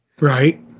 Right